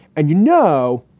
and, you know,